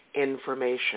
information